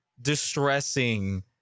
distressing